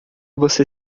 você